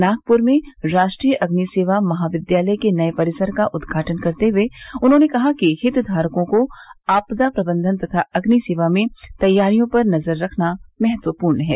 नागपुर में राष्ट्रीय अग्नि सेवा महाविद्यालय के नए परिसर का उद्घाटन करते हुए उन्होंने कहा कि हित धारकों को आपदा प्रबंधन तथा अग्नि सेवा में तैयारियों पर नजर रखना महत्वपूर्ण है